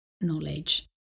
knowledge